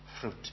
fruit